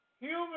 Human